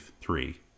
three